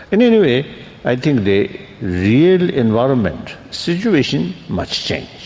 and anyway i think the real environment situation much changed.